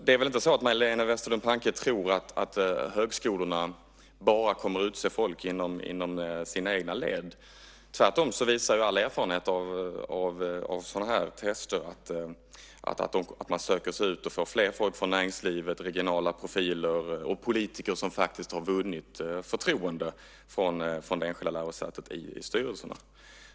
Det är väl inte så att Majléne Westerlund Panke tror att högskolorna bara kommer att utse folk inom sina egna led? All erfarenhet av sådana här test visar tvärtom att man söker sig ut och får fler människor från näringslivet, regionala profiler och politiker som faktiskt har vunnit förtroende från det enskilda lärosätet i styrelserna.